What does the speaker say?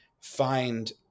find